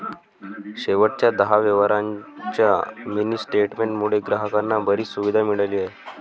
शेवटच्या दहा व्यवहारांच्या मिनी स्टेटमेंट मुळे ग्राहकांना बरीच सुविधा मिळाली आहे